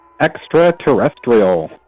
Extraterrestrial